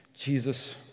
Jesus